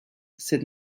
sed